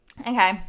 Okay